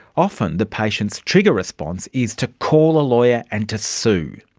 often the patient's trigger response is to call a lawyer and to sue.